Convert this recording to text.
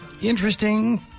interesting